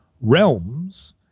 realms